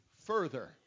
further